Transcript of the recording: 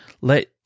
let